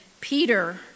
Peter